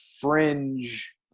fringe